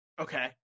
Okay